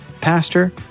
pastor